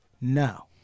no